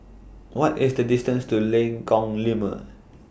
What IS The distance to Lengkong Lima